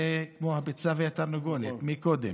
זה כמו הביצה והתרנגולת, מי קודם.